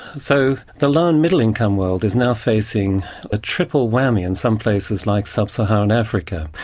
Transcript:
so the low and middle income world is now facing a triple whammy in some places like sub saharan africa.